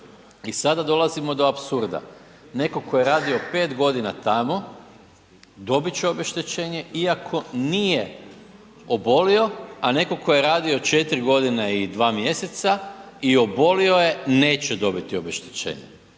i sad dolazimo do apsurda. Netko tko je radio 5 godina tamo, dobit će obeštećenje iako nije obolio, a netko tko je radio 4 godine i 2 mjeseca i obolio je, neće dobiti obeštećenje.